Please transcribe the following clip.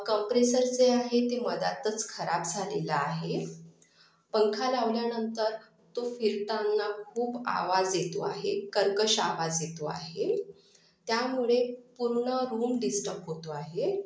compressor जे आहे ते मध्यातच खराब झालेलं आहे पंखा लावल्यानंतर तो फिरताना खूप आवाज येतो आहे कर्कश आवाज येतो आहे त्यामुळे पूर्ण रूम डिस्टब होतो आहे